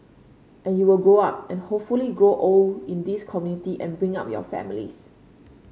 and you would grow up and hopefully grow old in this community and bring up your families